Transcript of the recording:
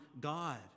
God